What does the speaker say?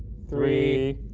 three.